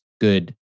good